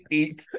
eat